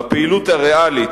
בפעילות הריאלית,